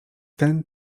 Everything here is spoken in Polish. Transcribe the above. ten